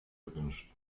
erwünscht